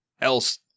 else –